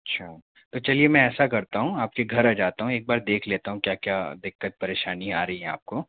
अच्छा तो चलिए मैं ऐसा करता हूँ आपके घर आ जाता हूँ एक बार देख लेता हूँ क्या क्या दिक्कत परेशानी आ रही है आपको